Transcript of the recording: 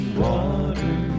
water